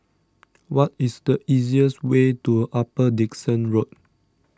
what is the easiest way to Upper Dickson Road